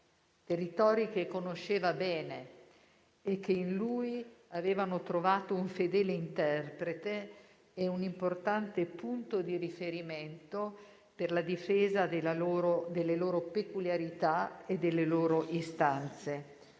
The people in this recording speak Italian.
territori che conosceva bene e che in lui avevano trovato un fedele interprete e un importante punto di riferimento per la difesa delle loro peculiarità e delle loro istanze.